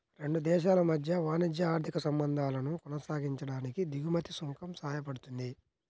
రెండు దేశాల మధ్య వాణిజ్య, ఆర్థిక సంబంధాలను కొనసాగించడానికి దిగుమతి సుంకం సాయపడుతుంది